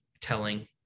telling